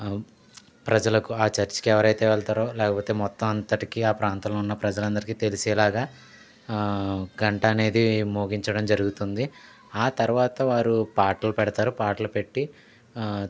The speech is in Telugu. ప్రజలకు ఆ చర్చ్కి ఎవరైతే వెళ్తారో లేకపోతే మొత్తం అంతటికి ఆ ప్రాంతంలో ఉన్న ప్రజలందరికీ తెలిసేలాగా గంట అనేది మోగించడం జరుగుతుంది ఆ తర్వాత వారు పాటలు పెడతారు పాటలు పెట్టి